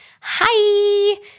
Hi